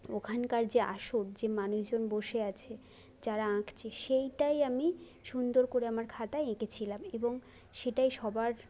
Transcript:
ওখানকার যে যে মানুষজন বসে আছে যারা আঁকছে সেইটাই আমি সুন্দর করে আমার খাতায় এঁকেছিলাম এবং সেটাই সবার